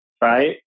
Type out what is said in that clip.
Right